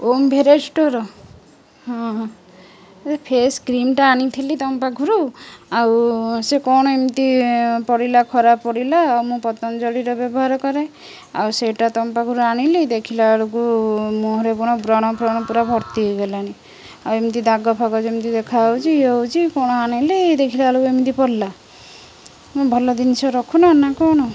Om variety store ହଁ ହଁ face କ୍ରିମ୍ଟା ଆଣିଥିଲି ତୁମ ପାଖରୁ ଆଉ ସେ କ'ଣ ଏମିତି ପଡ଼ିଲା ଖରାପ ପଡ଼ିଲା ଆଉ ମୁଁ ପତଞ୍ଜଳୀର ବ୍ୟବହାର କରେ ଆଉ ସେଇଟା ତୁମ ପାଖରୁ ଆଣିଲି ଦେଖିଲା ବେଳକୁ ମୁହଁରେ ପୁରା ବ୍ରଣ ଫ୍ରଣ ପୁରା ଭର୍ତ୍ତି ହୋଇଗଲାଣି ଆଉ ଏମିତି ଦାଗ ଫାଗ ଯେମିତି ଦେଖାହେଉଛି ଇଏ ହେଉଛି କ'ଣ ଆଣିଲି ଦେଖିଲା ବେଳକୁ ଏମିତି ପଡ଼ିଲା ମୁଁ ଭଲ ଜିନିଷ ରଖୁନ ନା କ'ଣ